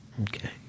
Okay